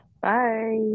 Bye